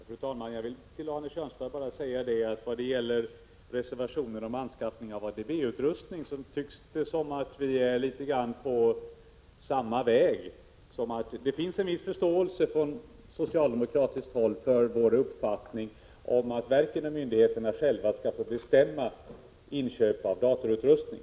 Fru talman! Jag vill till Arne Kjörnsberg säga att det vad gäller reservationen om anskaffning av ADB-utrustning tycks som om vi i viss mån följer samma linje. Det finns en viss förståelse från socialdemokratiskt håll för vår uppfattning att verken och myndigheterna själva skall få bestämma om sina inköp av datorutrustning.